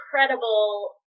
incredible